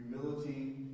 humility